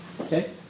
Okay